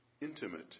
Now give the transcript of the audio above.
intimate